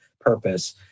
purpose